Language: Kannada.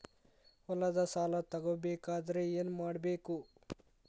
ಹೊಲದ ಸಾಲ ತಗೋಬೇಕಾದ್ರೆ ಏನ್ಮಾಡಬೇಕು?